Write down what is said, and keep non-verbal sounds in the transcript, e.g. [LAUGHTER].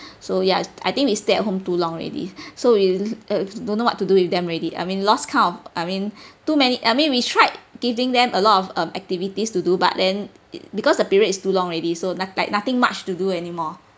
so ya I think we stay at home too long already [BREATH] so you don't know what to do with them already I mean lost kind of I mean [BREATH] too many I mean we tried giving them a lot of uh activities to do but then it because the period is too long already so like nothing much to do anymore